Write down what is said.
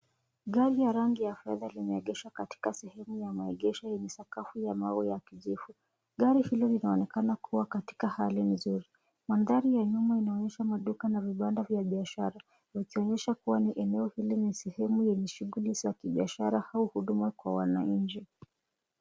Gari ya rangi ya fedha limeegeshwa katika sehemu ya maegesho yenye sakafu ya mawe ya kijivu. Gari hili linaonekana kuwa katika hali nzuri. Mandhari ya nyuma inaonyesha maduka na vibanda vya biashara yakionyesha kuwa eneo hili ni sehemu yenye shughuli za kibiashara au huduma kwa wananchi.